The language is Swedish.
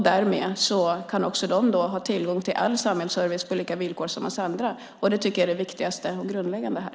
Därmed kan också de ha tillgång till all samhällsservice på lika villkor som för oss andra. Det tycker jag är det viktigaste och grundläggande här.